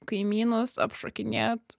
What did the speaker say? kaimynus apšokinėt